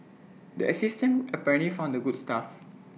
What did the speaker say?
the assistant apparently found the good stuff